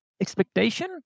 expectation